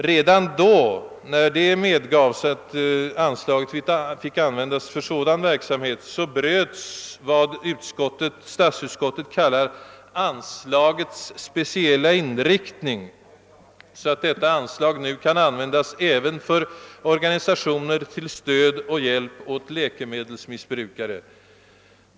Redan när det medgavs att anslaget fick användas för sådan verksamhet bröts sålunda vad statsutskottet kallar anslagets »speciella inriktning», så att detta anslag kan användas även för organisationer till stöd och hjälp åt läkemedelsmissbrukare.